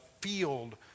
field